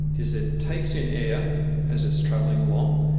is it takes in air as it's travelling along,